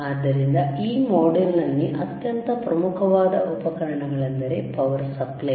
ಆದ್ದರಿಂದ ಈ ಮಾಡ್ಯೂಲ್ನಲ್ಲಿ ಅತ್ಯಂತ ಪ್ರಮುಖವಾದ ಉಪಕರಣಗಳೆಂದರೆ ಪವರ್ ಸಪ್ಲೈ